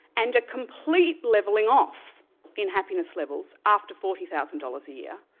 and a complete leveling off in happiness levels after forty thousand dollars a year,